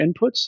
inputs